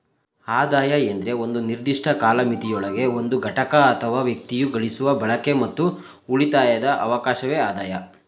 ಆದಾಯ ಎಂದ್ರೆ ಒಂದು ನಿರ್ದಿಷ್ಟ ಕಾಲಮಿತಿಯೊಳಗೆ ಒಂದು ಘಟಕ ಅಥವಾ ವ್ಯಕ್ತಿಯು ಗಳಿಸುವ ಬಳಕೆ ಮತ್ತು ಉಳಿತಾಯದ ಅವಕಾಶವೆ ಆದಾಯ